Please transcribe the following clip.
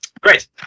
Great